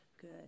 good